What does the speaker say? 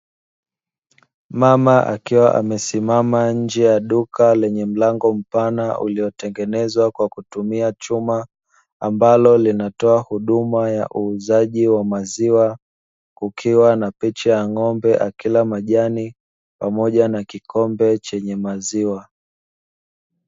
Mama akiwa amesimama nje ya duka lenye mlango mpana, uliotengenezwa kwa kutumia chuma, ambalo linatoa huduma ya uuzaji wa maziwa, kukiwa na picha ya ngómbe akila majani pamoja na kikombe chenye maziwa.